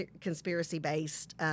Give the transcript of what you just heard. conspiracy-based